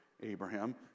Abraham